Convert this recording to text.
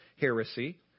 heresy